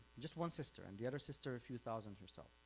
just one sister and, the other sister a few thousand herself,